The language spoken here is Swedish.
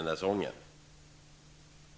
Detta gäller